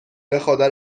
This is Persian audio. بخدا